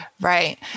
Right